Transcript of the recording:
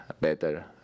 better